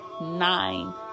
nine